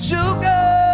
Sugar